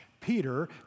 Peter